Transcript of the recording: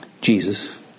Jesus